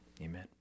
Amen